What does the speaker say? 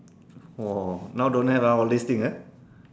!whoa! now don't have ah all these things ah